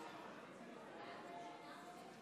אי-אמון,